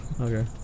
Okay